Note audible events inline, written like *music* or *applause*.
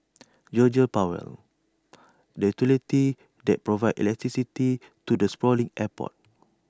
*noise* Georgia power the utility that provides electricity to the sprawling airport